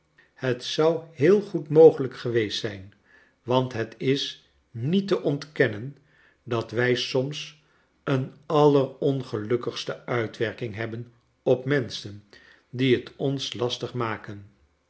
het zou heel goed mogelijk geweest zijn want het is niet te ontkennen dat wij soms een allerongelukkigste uitwerking hebben op menschen die het oris lastig maken